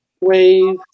wave